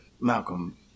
Malcolm